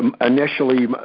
initially